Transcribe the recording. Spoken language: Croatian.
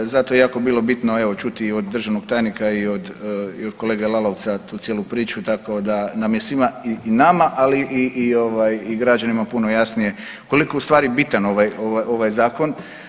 Zato je jako bilo bitno evo čuti i od državnog tajnika i od kolege Lalovca tu cijelu priču tako da nam je svima i nama ali i građanima puno jasnije koliko je u stvari bitan ovaj zakon.